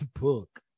book